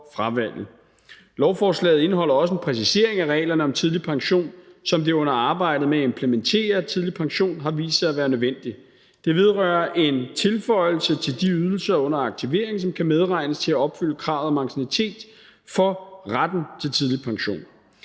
Lovforslaget indeholder også en præcisering af reglerne om tidlig pension, som under arbejdet med at implementere tidlig pension har vist sig at være nødvendig. Det vedrører en tilføjelse til de ydelser under aktivering, som kan medregnes til at opfylde kravet om anciennitet for retten til tidlig pension.